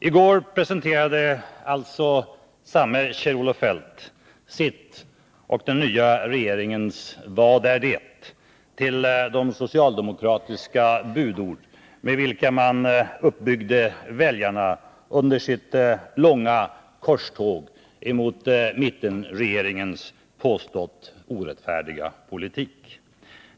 I går presenterade alltså samme Kjell-Olof Feldt sitt och den nya regeringens ”Vad är det?” till de socialdemokratiska budord med vilka man uppbyggde väljarna under sitt långa korståg mot mittenregeringens påstått orättfärdiga politik.